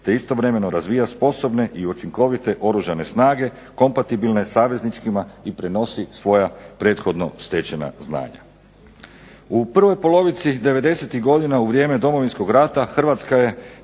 te istovremeno razvija sposobne i učinkovite Oružane snage kompatibilne savezničkima i prenosi svoja prethodno stečena znanja.